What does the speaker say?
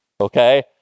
Okay